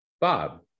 Bob